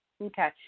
Okay